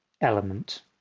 element